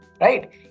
Right